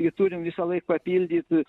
ji turim visąlaik papildyt